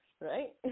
right